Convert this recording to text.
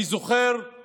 אני זוכר את